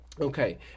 Okay